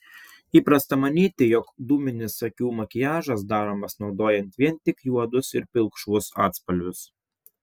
įprasta manyti jog dūminis akių makiažas daromas naudojant vien tik juodus ir pilkšvus atspalvius